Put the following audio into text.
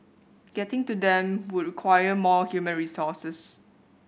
getting to them would require more human resources